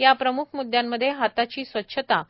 या प्रम्ख मुद्दयांमध्ये हाताची स्वच्छता